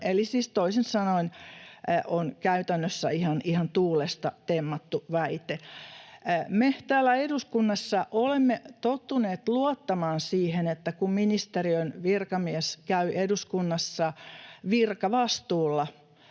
eli siis toisin sanoen on käytännössä ihan tuulesta temmattu väite. Me täällä eduskunnassa olemme tottuneet luottamaan siihen, että kun ministeriön virkamies käy eduskunnassa virkavastuulla